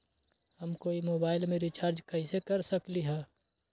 हम कोई मोबाईल में रिचार्ज कईसे कर सकली ह?